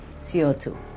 CO2